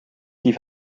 die